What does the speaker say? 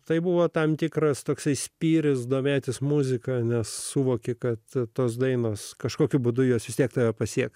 tai buvo tam tikras toksai spyris domėtis muzika nes suvokė kad tos dainos kažkokiu būdu jos vis tiek tave pasieks